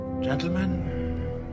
gentlemen